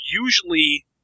usually